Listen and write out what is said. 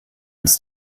uns